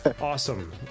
Awesome